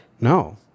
no